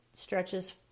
stretches